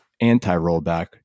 anti-rollback